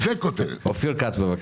אופיר כץ, בבקשה.